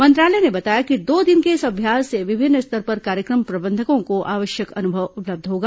मंत्रालय ने बताया कि दो दिन के इस अभ्यास से विभिन्न स्तर पर कार्यक्रम प्रबंधकों को आवश्यक अनुभव उपलब्ध होगा